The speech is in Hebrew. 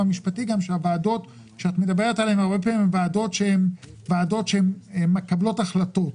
הוועדות שאת מדברת עליהן הן ועדות שמקבלות החלטות.